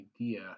idea